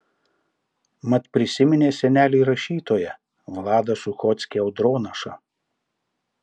mat prisiminė senelį rašytoją vladą suchockį audronašą